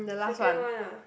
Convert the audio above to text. second one ah